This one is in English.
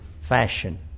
fashion